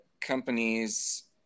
companies